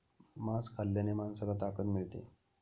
मांस खाल्ल्याने माणसाला ताकद मिळते